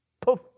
poof